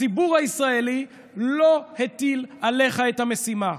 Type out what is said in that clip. הציבור הישראלי לא הטיל עליך את המשימה.